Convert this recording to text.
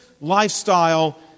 lifestyle